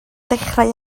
dechrau